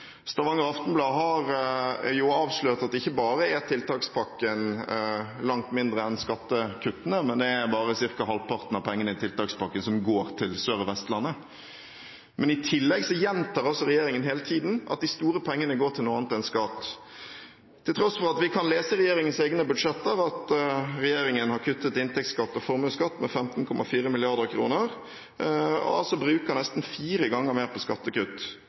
Stavanger Aftenblad har avslørt at ikke bare er tiltakspakken langt mindre enn skattekuttene, det er også bare ca. halvparten av pengene i tiltakspakken som går til Sørlandet og Vestlandet. I tillegg gjentar regjeringen hele tiden at de store pengene går til noe annet enn skattekutt, til tross for at vi kan lese i regjeringens egne budsjetter at regjeringen har kuttet i inntektsskatt og formuesskatt med 15,4 mrd. kr og bruker nesten fire ganger mer på skattekutt